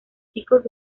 chicos